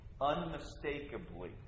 unmistakably